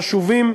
חשובים.